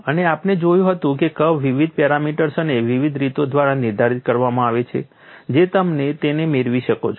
અને આપણે જોયું હતું કે કર્વ વિવિધ પેરામીટર્સ અને વિવિધ રીતો દ્વારા નિર્ધારિત કરવામાં આવે છે જે તમે તેને મેળવી શકો છો